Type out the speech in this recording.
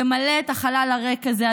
ימלא את החלל הריק הזה.